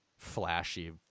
Flashy